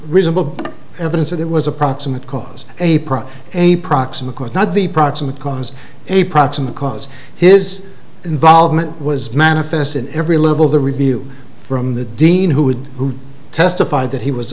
reasonable evidence that it was a proximate cause a problem a proximate cause not the proximate cause a proximate cause his involvement was manifest in every level the review from the dean who would who testified that he was